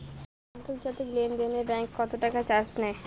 আন্তর্জাতিক লেনদেনে ব্যাংক কত টাকা চার্জ নেয়?